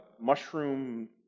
mushroom